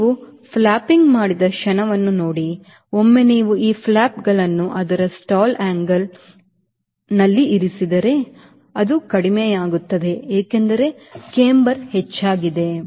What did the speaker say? ನೀವು ಫ್ಲಪ್ಪಿಂಗ್ ಮಾಡಿದ ಕ್ಷಣವನ್ನು ನೋಡಿ ಒಮ್ಮೆ ನೀವು ಈ ಫ್ಲಾಪ್ಗಳನ್ನು ಅದರ ಸ್ಟಾಲ್ angle ಇಳಿಸಿದರೆ ಅದು ಕಡಿಮೆಯಾಗುತ್ತದೆ ಏಕೆಂದರೆ ಕ್ಯಾಂಬರ್ ಹೆಚ್ಚಾಗಿದೆ